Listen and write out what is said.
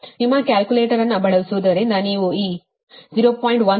ನಿಮ್ಮ ಕ್ಯಾಲ್ಕುಲೇಟರ್ ಅನ್ನು ಬಳಸುವುದರಿಂದ ನೀವು ಈ ಅನ್ನು 0